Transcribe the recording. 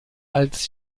als